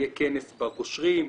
יהיה כנס בגושרים,